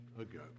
ago